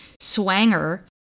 Swanger